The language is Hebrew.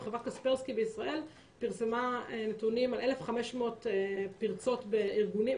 חברת קספרסקי בישראל פרסמה נתונים על 1,500 פרצות בארגונים,